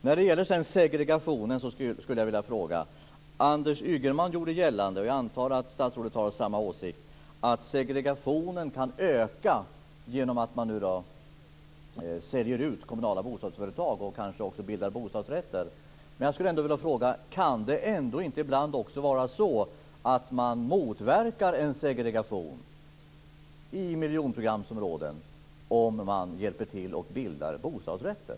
När det sedan gäller segregationen gjorde Anders Ygeman gällande, och jag antar att statsrådet har samma åsikt, att segregationen kan öka genom att man nu säljer ut kommunala bostadsföretag och kanske också bildar bostadsrätter. Men jag skulle ändå vilja fråga: Kan det inte också vara så att man motverkar en segregation i miljonprogramsområden om man hjälper till att bilda bostadsrätter?